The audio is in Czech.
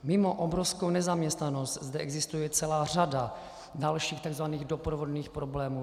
Mimo obrovskou nezaměstnanost zde existuje celá řada dalších tzv. doprovodných problémů.